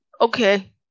okay